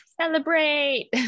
Celebrate